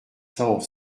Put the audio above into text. cent